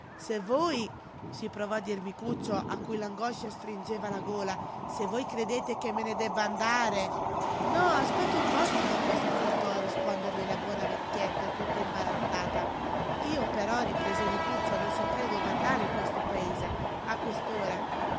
se voi si provò a dir micuccio a cui l'angoscia stringeva la gola se voi credete che me ne debba andare no aspetta un po ti dico s'affrettò a rispondergli la buona vecchietta tutta imbarazzata io però riprese micuccio non saprei dove andare in questo paese a questa